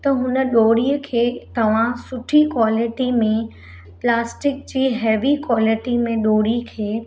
त हुन डोरीअ खे तव्हां सुठी क्वालिटी में प्लास्टिक जे हैवी क्वालिटी में डोरी खे